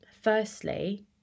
firstly